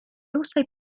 also